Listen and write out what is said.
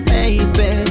Baby